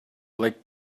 like